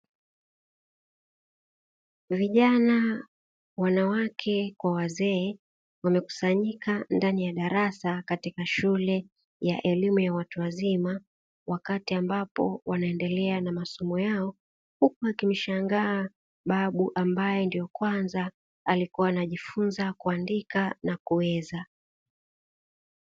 Vijana, wanawake kwa wazee wamekusanyika ndani ya darasa katika shule ya elimu ya watu wazima, wakati ambapo wanaendelea na masomo yao, huku wakimshangaa babu ambaye ndio kwanza alikuwa anajifunza kuandika na kuweza.